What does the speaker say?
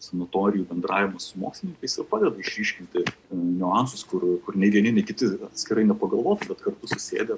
sanatorijų bendravimas su mokslininkais ir padeda išryškinti niuansus kur kur nei vieni nei kiti atskirai nepagalvotų bet kartu susėdę